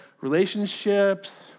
relationships